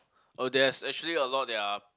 oh there's actually a lot their